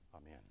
Amen